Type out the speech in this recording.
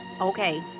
Okay